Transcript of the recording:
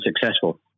successful